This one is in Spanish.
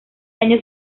año